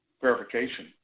verification